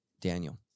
Daniel